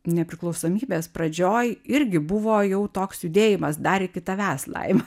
nepriklausomybės pradžioj irgi buvo jau toks judėjimas dar iki tavęs laima